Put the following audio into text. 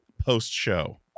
post-show